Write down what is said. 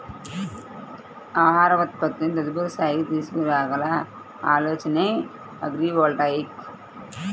ఆహార ఉత్పత్తిని తదుపరి స్థాయికి తీసుకురాగల ఆలోచనే అగ్రివోల్టాయిక్